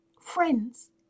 friends